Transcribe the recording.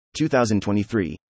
2023